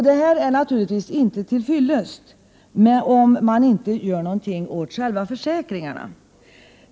Det är naturligtvis inte till fyllest, om man inte gör något åt själva försäkringarna.